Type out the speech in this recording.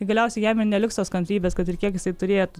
galiausiai jam ir neliks tos kantrybės kad ir kiek jisai turėtų